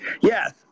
Yes